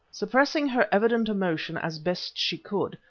suppressing her evident emotion as best she could,